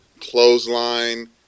clothesline